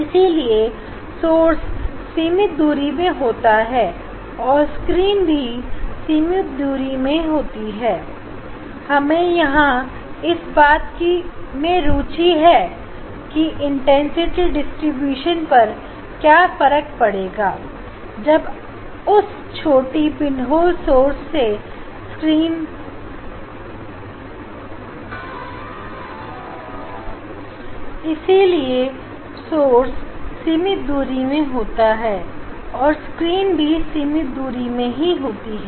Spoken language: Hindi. इसीलिए सोर्स सीमित दूरी में होता है और स्क्रीन भी सीमित दूरी में ही होती है